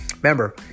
remember